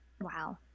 wow